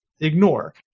ignore